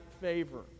favor